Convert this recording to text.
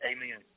Amen